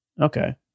Okay